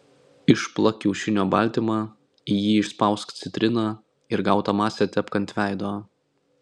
išplak kiaušinio baltymą į jį išspausk citriną ir gautą masę tepk ant veido